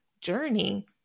journey